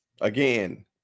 again